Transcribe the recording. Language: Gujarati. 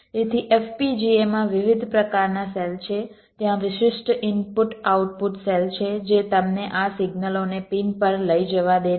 તેથી FPGA માં વિવિધ પ્રકારના સેલ છે ત્યાં વિશિષ્ટ ઇનપુટ આઉટપુટ સેલ છે જે તમને આ સિગ્નલોને પિન પર લઈ જવા દે છે